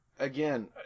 Again